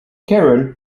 karen